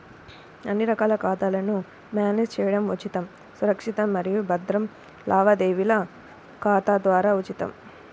అన్ని రకాల ఖాతాలను మ్యానేజ్ చేయడం ఉచితం, సురక్షితం మరియు భద్రం లావాదేవీల ఖాతా ద్వారా ఉచితం